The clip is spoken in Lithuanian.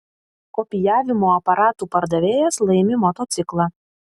kopijavimo aparatų pardavėjas laimi motociklą